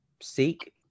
seek